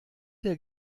der